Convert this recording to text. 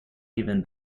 even